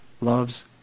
loves